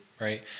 Right